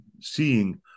seeing